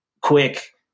quick